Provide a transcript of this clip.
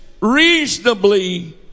reasonably